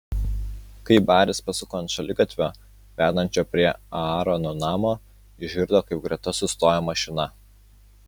kai baris pasuko ant šaligatvio vedančio prie aarono namo išgirdo kaip greta sustojo mašina